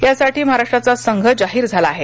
यासाठी महाराष्ट्राचा संघ जाहीर झाला आहे